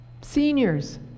Seniors